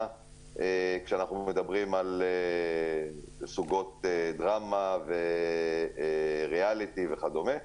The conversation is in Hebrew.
כשאנחנו מדברים על סוגות דרמה וריאליטי וכדומה,